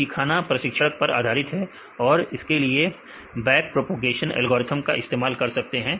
तो सीखना प्रशिक्षण पर आधारित है और इसके लिए बैक प्रोपेगेशन एल्गोरिथ्म का इस्तेमाल करते हैं